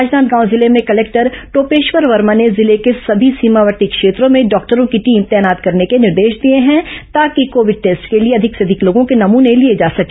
राजनांदगांव जिले में कलेक्टर टोपेश्वर वर्मा ने जिले के सभी सीमावर्ती क्षेत्रों में डॉक्टरों की टीम तैनात करने के निर्देश दिए हैं ताकि कोविड टेस्ट के लिए अधिक से अधिक लोगों के नमूने लिए जा सके